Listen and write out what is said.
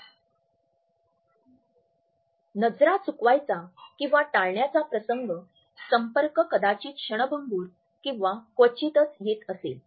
चकाचक नजरा चुकवायचा किंवा टाळण्याचा प्रसंग संपर्क कदाचित क्षणभंगुर किंवा क्वचितच येत असेल